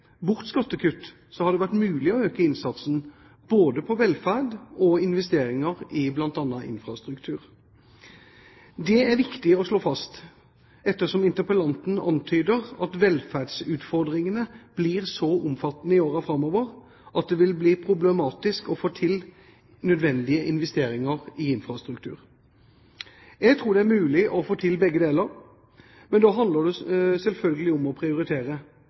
bort skattekutt har det vært mulig å øke innsatsen både på velferd og investeringer i bl.a. infrastruktur. Det er viktig å slå fast ettersom interpellanten antyder at velferdsutfordringene blir så omfattende i årene framover at det vil bli problematisk å få til nødvendige investeringer i infrastruktur. Jeg tror det er mulig å få til begge deler, men da handler det selvfølgelig om å prioritere.